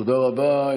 תודה רבה.